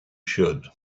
should